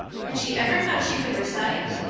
had she ever thought she could recite?